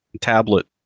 tablet